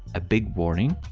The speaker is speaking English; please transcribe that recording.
a big warning!